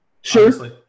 Sure